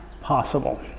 possible